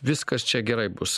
viskas čia gerai bus